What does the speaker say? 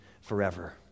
forever